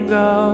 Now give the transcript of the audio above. go